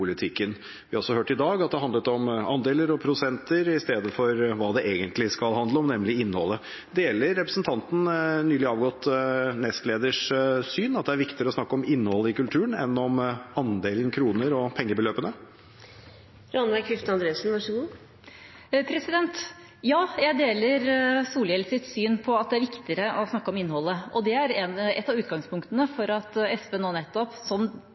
Vi har også hørt i dag at det handlet om andeler og prosenter i stedet for hva det egentlig skal handle om, nemlig innholdet. Deler representanten sin nylig avgåtte nestleders syn, at det er viktigere å snakke om innholdet i kulturen enn om andelen kroner og pengebeløpene? Ja, jeg deler Solhjells syn på at det er viktigere å snakke om innholdet. Det er et av utgangspunktene for at SV nå nettopp som